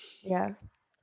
Yes